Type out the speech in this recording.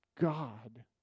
God